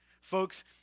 Folks